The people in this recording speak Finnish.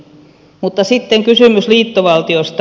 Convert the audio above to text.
mutta sitten kysymys liittovaltiosta